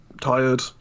tired